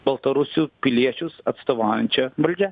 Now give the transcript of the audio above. baltarusių piliečius atstovaujančia valdžia